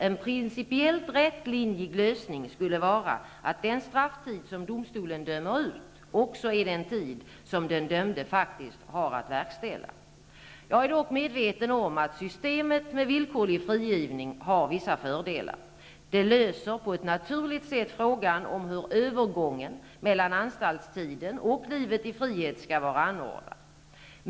En principiellt rätlinjig lösning skulle vara att den strafftid som domstolen dömer ut också är den tid som den dömde faktiskt har att verkställa. Jag är dock medveten om att systemet med villkorlig frigivning har vissa fördelar. Det löser på ett naturligt sätt frågan om hur övergången mellan anstaltstiden och livet i frihet skall vara anordnad.